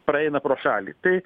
praeina pro šalį tai